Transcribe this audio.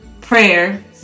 Prayer